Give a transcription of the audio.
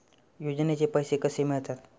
योजनेचे पैसे कसे मिळतात?